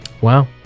Wow